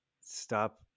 Stop